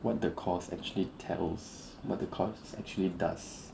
what the course actually tells what the course actually does